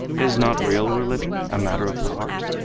is not real religion a matter of the heart?